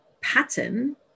pattern